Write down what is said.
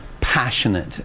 passionate